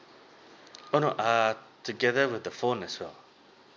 oh no err together with the phone as well